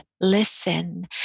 listen